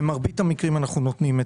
במרבית המקרים נתנו.